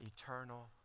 eternal